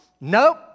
Nope